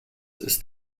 ist